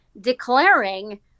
declaring